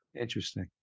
Interesting